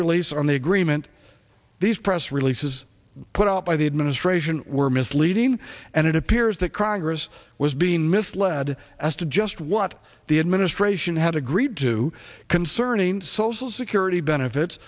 release on the agreement these press releases put out by the administration were misleading and it appears that congress was being misled as to just what the administration had agreed to concerning social security benefits